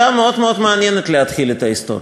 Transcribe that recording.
מאוד מאוד מעניינת להתחיל את ההיסטוריה.